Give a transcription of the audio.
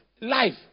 life